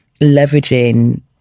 leveraging